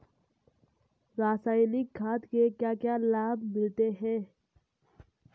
रसायनिक खाद के क्या क्या लाभ मिलते हैं?